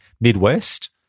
Midwest